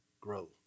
grow